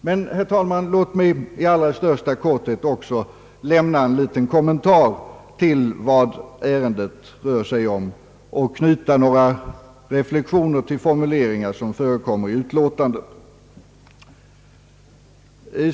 Låt mig dock, herr talman, i allra största korthet lämna en liten kommentar till vad ärendet rör sig om och knyta några reflexioner till formuleringar som förekommer i utlåtandet.